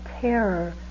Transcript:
terror